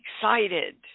excited